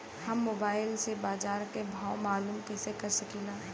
हम मोबाइल से बाजार के भाव मालूम कइसे कर सकीला?